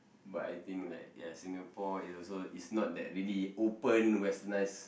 but I think like ya Singapore is also is not that really open westernised